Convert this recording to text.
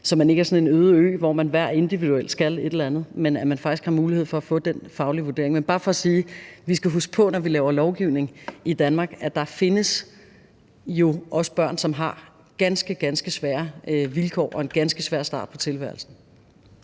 så man ikke er sådan en øde ø, hvor man individuelt skal et eller andet, men at man faktisk har mulighed for at få den faglige vurdering. Det er bare for at sige: Vi skal huske på, når vi laver lovgivning i Danmark, at der jo også findes børn, som har ganske, ganske svære vilkår og en ganske svær start på tilværelsen.